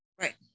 Right